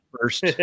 first